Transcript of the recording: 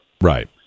Right